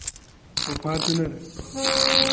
ओ Fortuner है